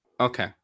Okay